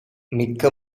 மிக்க